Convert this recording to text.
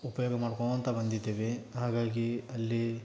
ಉಪಯೋಗ ಮಾಡ್ಕೋತ ಬಂದಿದ್ದೇವೆ ಹಾಗಾಗಿ ಅಲ್ಲಿ